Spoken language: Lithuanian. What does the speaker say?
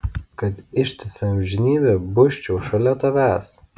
kad ištisą amžinybę busčiau šalia tavęs